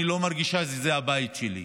היא אמרה: אני לא מרגישה שזה הבית שלי.